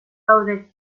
gaude